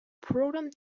programme